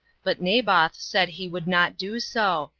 but naboth said he would not do so,